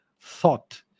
thought